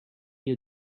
you